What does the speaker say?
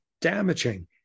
damaging